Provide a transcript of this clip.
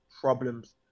problems